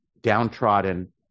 downtrodden